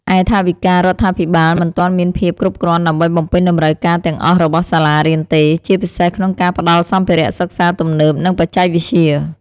ឯថវិការដ្ឋាភិបាលមិនទាន់មានភាពគ្រប់គ្រាន់ដើម្បីបំពេញតម្រូវការទាំងអស់របស់សាលារៀនទេ ជាពិសេសក្នុងការផ្តល់សម្ភារៈសិក្សាទំនើប និងបច្ចេកវិទ្យា។